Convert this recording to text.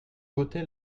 votée